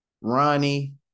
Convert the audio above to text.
Ronnie